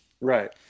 Right